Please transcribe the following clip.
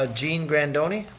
ah jean grandoni.